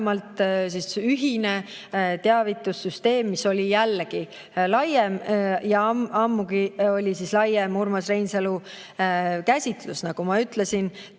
ühine teavitussüsteem, mis oli jällegi laiem [käsitlus]. Ammugi oli laiem Urmas Reinsalu käsitlus. Nagu ma ütlesin,